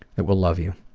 that will love you.